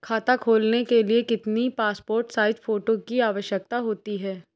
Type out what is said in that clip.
खाता खोलना के लिए कितनी पासपोर्ट साइज फोटो की आवश्यकता होती है?